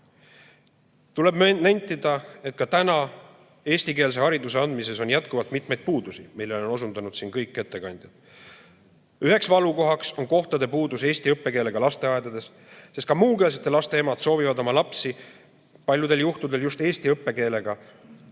nentida, et ka täna eestikeelse hariduse andmises on jätkuvalt mitmeid puudusi, millele on osutanud siin kõik ettekandjad. Üheks valukohaks on kohtade puudus eesti õppekeelega lasteaedades, sest ka muukeelsete laste emad soovivad oma lapsi paljudel juhtudel just eesti õppekeelega